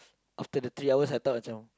after the three hours I thought what's wrong